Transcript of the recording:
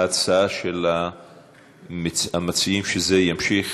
ההצעה של המציעים, שזה ימשיך